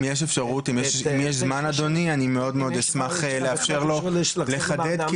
אם יש זמן אדוני אני מאוד מאוד אשמח לאפשר לו לחדד.